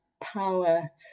power